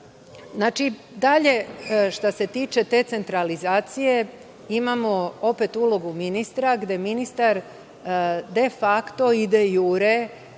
obavezujuće. Dalje, što se tiče te centralizacije, imamo opet ulogu ministra gde ministar de fakto i de jure